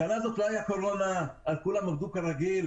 בשנה הזו לא הייתה קורונה וכולם עבדו כרגיל.